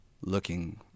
looking